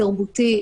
תרבותי,